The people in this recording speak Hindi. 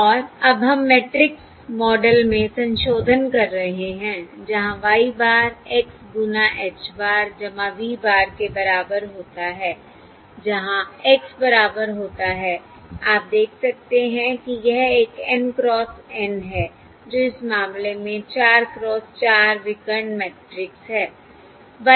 और अब हम मैट्रिक्स मॉडल में संशोधन कर रहे हैं जहां Y bar X गुना H bar V bar के बराबर होता है जहां x बराबर होता है आप देख सकते हैं कि यह एक N क्रॉस N है जो इस मामले में 4 क्रॉस 4 विकर्ण मैट्रिक्स है